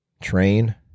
Train